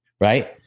Right